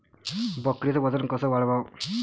बकरीचं वजन कस वाढवाव?